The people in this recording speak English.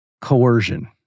coercion